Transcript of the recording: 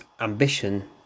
ambition